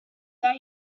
that